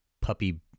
puppy